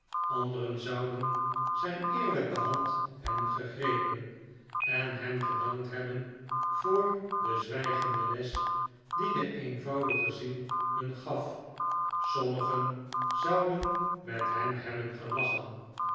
anderen zouden zijn eerlijke hand hebben gegrepen en hem gedankt hebben voor de zwijgende les die de eenvoudige ziel hun gaf sommigen zouden met hem hebben gelachen